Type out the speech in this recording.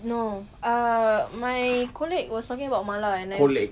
no ah my colleague was talking about mala and I